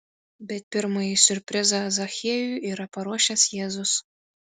bet pirmąjį siurprizą zachiejui yra paruošęs jėzus